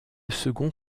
second